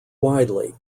widely